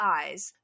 eyes